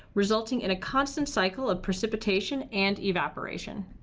resulting in a constant cycle of precipitation and evaporation.